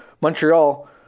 Montreal